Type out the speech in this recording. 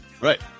Right